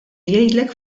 jgħidlek